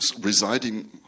residing